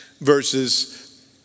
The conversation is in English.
verses